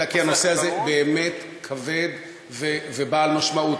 אלא כי הנושא הזה באמת כבד ובעל משמעות.